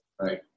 Right